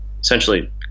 essentially